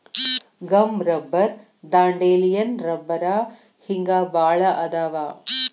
gum rubber dandelion rubber ಹಿಂಗ ಬಾಳ ಅದಾವ